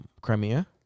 Crimea